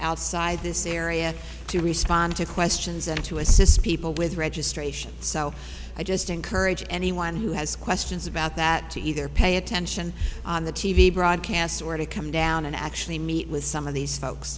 outside this area to respond to questions and to assist people with registration so i just encourage anyone who has questions about that to either pay attention on the t v broadcast or to come down and actually meet with some of these folks